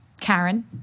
Karen